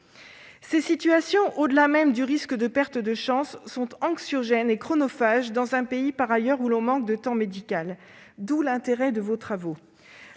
Ces situations, au-delà même du risque de perte de chance, sont anxiogènes et chronophages, dans un pays où, par ailleurs, l'on manque de temps médical. Une telle situation